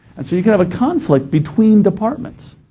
and so you can have a conflict between departments.